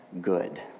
good